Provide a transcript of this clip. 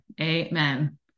Amen